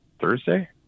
Thursday